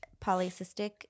polycystic